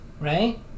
right